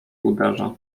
uderza